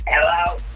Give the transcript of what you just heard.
Hello